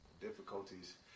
difficulties